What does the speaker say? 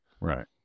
Right